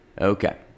okay